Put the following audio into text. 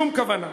שום כוונה.